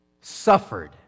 suffered